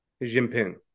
Jinping